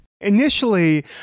Initially